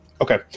Okay